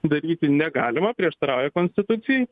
daryti negalima prieštarauja konstitucijai